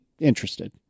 interested